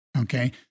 Okay